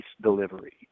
delivery